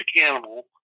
animal